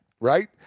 Right